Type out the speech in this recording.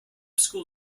school